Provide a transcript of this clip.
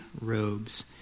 robes